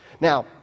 Now